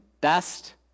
best